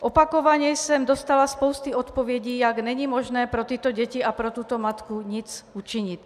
Opakovaně jsem dostala spoustu odpovědí, jak není možné pro tyto děti a pro tuto matku nic učinit.